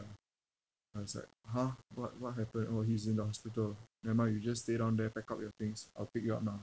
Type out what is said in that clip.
I was like !huh! what what happened orh he's in the hospital never mind you just stay down there pack up your things I'll pick you up now